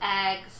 eggs